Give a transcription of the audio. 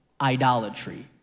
idolatry